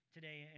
today